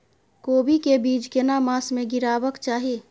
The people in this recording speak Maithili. कोबी के बीज केना मास में गीरावक चाही?